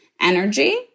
energy